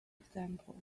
example